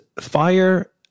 Fire